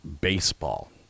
baseball